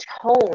tone